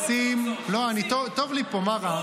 לא, טוב לי פה, מה רע?